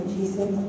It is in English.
Jesus